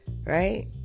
right